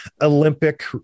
Olympic